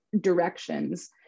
directions